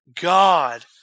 God